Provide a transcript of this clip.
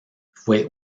fue